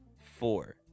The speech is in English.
four